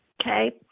Okay